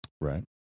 Right